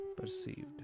perceived